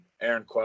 Aaron